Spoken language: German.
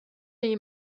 ihm